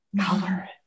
color